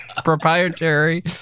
proprietary